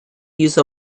use